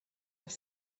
have